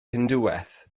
hindŵaeth